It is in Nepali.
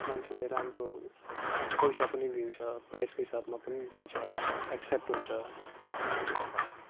मान्छेले राम्रो पैसा पनि दिन्छ प्राइसको हिसाबमा पनि दिन्छ एक्सेप्ट हुन्छ त्यति नै हो